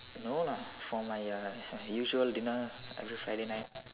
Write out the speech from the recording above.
no lah for my uh usual dinner every Friday night